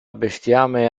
bestiame